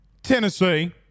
Tennessee